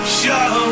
show